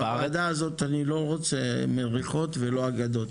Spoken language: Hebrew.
בוועדה הזאת אני לא רוצה לא מריחות ולא אגדות.